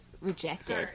rejected